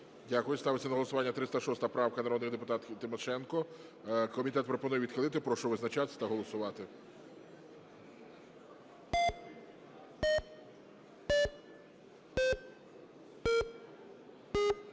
Дякую. Ставиться на голосування 306 правка, народної депутатки Тимошенко. Комітет пропонує відхилити. Прошу визначатись та голосувати.